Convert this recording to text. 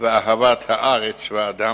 ואהבת הארץ והאדם.